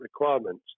requirements